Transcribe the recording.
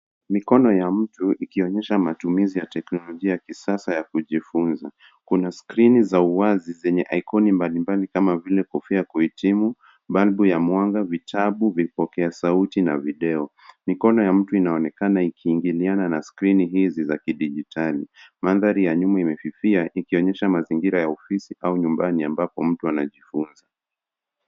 Mikono ya mtu ikionyesha teknolojia ya kisasa ya kujifunza. Kuna skrini za uwazi zeenye aikoni mbalimbali kama vile kofia ya kuhitimu, balbu ya mwanga, vitabu, vipokea sauti na video. Mikono ya mtu inaonekana ikiingiliana na skrini za kidijitali. Mandhari ya nyuma imefifia ikionyesha mazingira ya ofisi au nyumbani ambapo mtu anajifunza.